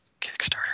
Kickstarter